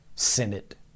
Senate